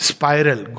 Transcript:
Spiral